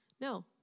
No